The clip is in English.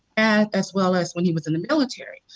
as as well as when he was in the military.